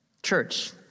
Church